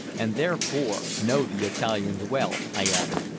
and therefore know the italians well, i added.